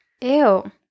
Ew